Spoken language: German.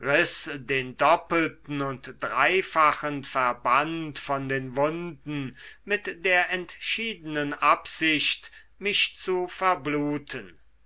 den doppelten und dreifachen verband von den wunden mit der entschiedenen absicht mich zu verbluten